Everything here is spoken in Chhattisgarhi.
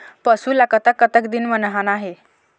पशु ला कतक कतक दिन म नहाना हे?